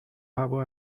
هوا